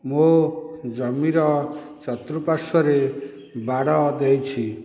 ମୋ ଜମି ର ଚତୁଃର୍ପାଶ୍ୱରେ ବାଡ଼ ଦେଇଛି